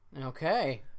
Okay